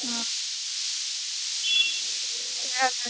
हां केह् है फिर